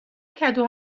کدو